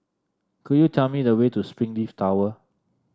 could you tell me the way to Springleaf Tower